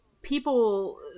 people